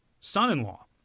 son-in-law